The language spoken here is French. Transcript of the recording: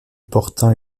porta